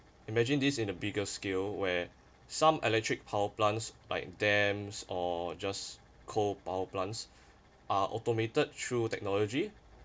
imagine this in a bigger scale where some electric power plants by dams or just coal power plants are automated through technology